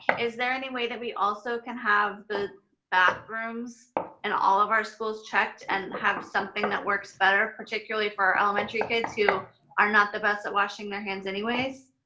is there any way that we also can have the bathrooms in all of our schools checked and have something that works better, particularly for our elementary kids who are not the best at washing their hands anyways?